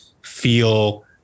feel